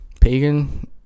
Pagan